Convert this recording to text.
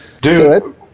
dude